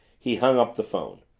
he hung up the phone.